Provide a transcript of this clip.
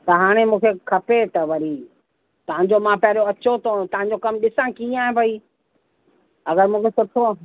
त हाणे मूंखे खपे त वरी तव्हांजो मां पहिरियों अचो थो तव्हांजो कमु ॾिसां कीअं आहे भई अगरि मूंखे सुठो